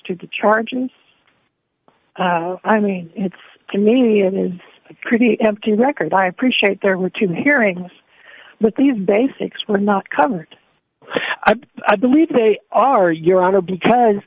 to the charges i mean it's to me it is a pretty empty record i appreciate there were two hearings but these basics were not covered i believe they are your honor because